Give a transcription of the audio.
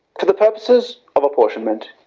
for the purposes of apportionment,